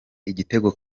igitego